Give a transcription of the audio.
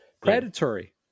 predatory